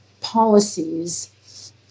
policies